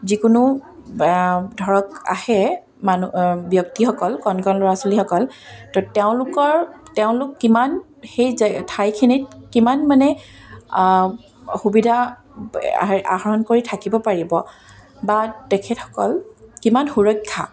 যিকোনো ধৰক আহে মানুহ ব্যক্তিসকল কণ কণ ল'ৰা ছোৱালীসকল ত' তেওঁলোকৰ তেওঁলোক কিমান সেই জে ঠাইখিনিত কিমান মানে সুবিধা আহৰণ কৰি থাকিব পাৰিব বা তেখেতসকল কিমান সুৰক্ষা